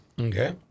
Okay